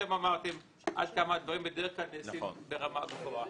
אתם אמרתם עד כמה הדברים בדרך כלל נעשים ברמה גבוהה.